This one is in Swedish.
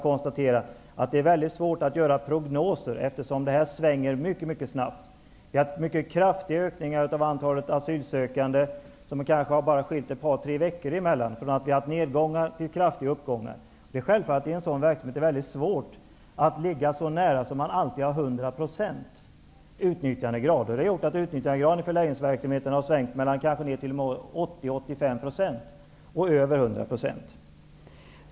Antalet asylsökande kan ha ökat mycket kraftigt bara under ett par tre veckor. Nedgångar har avlösts av kraftiga uppgångar. Det är klart att det i en sådan verksamhet är väldigt svårt att alltid ha en 100 procentig utnyttjandegrad. Utnyttjandegraden i förläggningsverksamheten har svängt från 80--85 % till över 100 %.